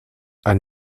ein